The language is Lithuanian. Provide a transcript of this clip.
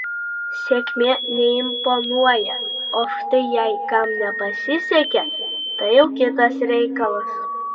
sėkmė neimponuoja o štai jei kam nepasisekė tai jau kitas reikalas